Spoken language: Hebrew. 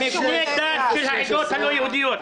06016. מבני דת של העדות הלוא יהודיות.